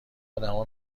آدمها